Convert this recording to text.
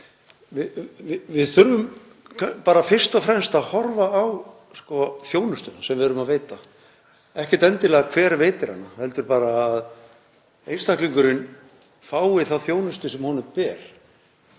Við þurfum bara fyrst og fremst að horfa á þjónustuna sem við erum að veita, ekkert endilega hver veitir hana heldur bara að einstaklingurinn fái þá þjónustu sem honum ber.